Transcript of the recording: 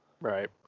Right